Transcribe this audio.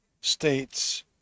states